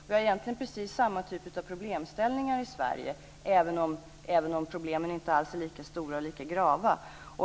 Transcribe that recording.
Vi har egentligen precis samma typ av problemställningar i Sverige, även om problemen inte alls är lika stor och lika grava.